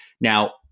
Now